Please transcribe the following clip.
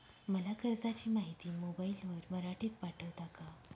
मला कर्जाची माहिती मोबाईलवर मराठीत पाठवता का?